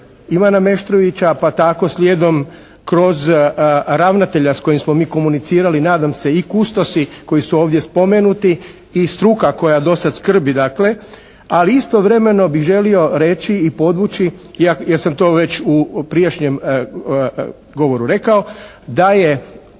Ivana Meštrovića pa tako slijedom kroz ravnatelja s kojim smo mi komunicirali nadam se i kustosi koji su ovdje spomenuti i struka koja do sad skrbi dakle, ali istovremeno bih želio reći i podvući, ja sam to već u prijašnjem govoru rekao, da je